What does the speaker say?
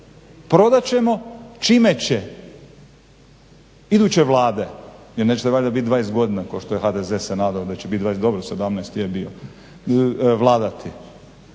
Prodat ćemo čime će iduće Vlade, jer nećete valjda bit 20 godina kao što je HDZ se nadao da će bit 20, dobro 17 je bio, vladati,